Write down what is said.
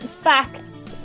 Facts